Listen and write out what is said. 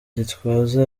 gitwaza